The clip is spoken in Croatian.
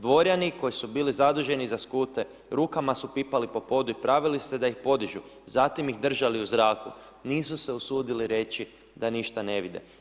Dvorjani koji su bili zaduženi za skute rukama su pipali po podu i pravili se da ih podižu, zatim ih držali u zraku, nisu se usudili reći da ništa ne vide.